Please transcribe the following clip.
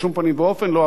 בשום פנים ואופן לא,